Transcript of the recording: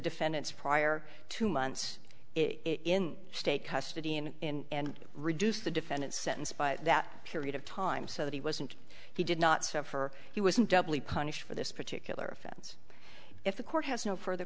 defendant's prior two months it in state custody in and reduce the defendant's sentence by that period of time so that he wasn't he did not suffer he was doubly punished for this particular offense if the court has no further